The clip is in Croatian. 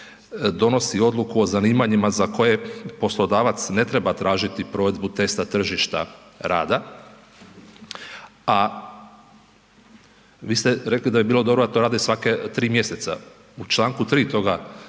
donosi odluku o zanimanjima za koje poslodavac ne treba tražiti provedbu testa tržišta rada, a vi ste rekli da bi bilo dobro da rade svaka tri mjeseca. U st. 3. toga